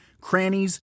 crannies